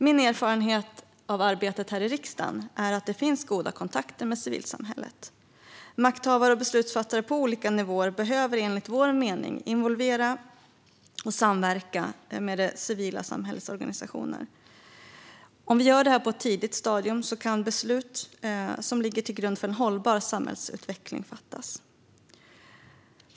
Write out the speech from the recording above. Min erfarenhet av arbetet här i riksdagen är att det finns goda kontakter med civilsamhället. Makthavare och beslutsfattare på olika nivåer behöver enligt vår mening involvera och samverka med det civila samhällets organisationer. Om vi gör det här på ett tidigt stadium kan beslut som ligger till grund för en hållbar samhällsutveckling fattas.